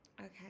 Okay